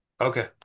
Okay